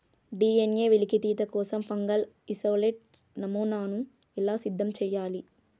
DNA వెలికితీత కోసం fungal isolate నమూనాను ఎలా సిద్ధం చెయ్యాలి?